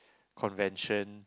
convention